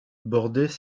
bordaient